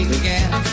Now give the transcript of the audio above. again